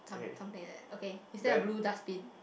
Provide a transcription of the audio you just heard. some something like that okay is there a blue dustbin